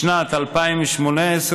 בשנת 2018,